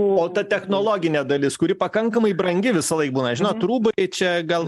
o ta technologinė dalis kuri pakankamai brangi visąlaik būna žinot rūbai čia gal